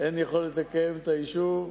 אין יכולת לקיים את היישוב,